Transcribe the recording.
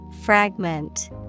Fragment